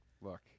look